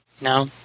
No